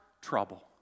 trouble